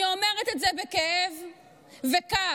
אני אומרת את זה בכאב ובכעס,